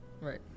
right